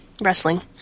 Wrestling